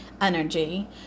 energy